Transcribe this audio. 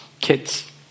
kids